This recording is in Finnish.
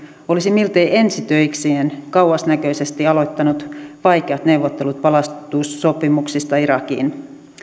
olisi miltei ensi töikseen kauasnäköisesti aloittanut vaikeat neuvottelut palautussopimuksista irakiin